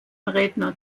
redner